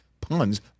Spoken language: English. puns